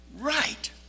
right